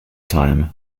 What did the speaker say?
time